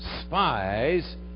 spies